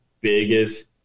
biggest